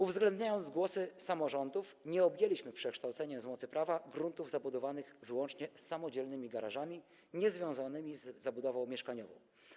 Uwzględniając głosy samorządów, nie objęliśmy przekształceniem z mocy prawa gruntów zabudowanych wyłącznie samodzielnymi garażami niezwiązanymi z zabudową mieszkaniową.